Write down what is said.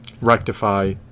rectify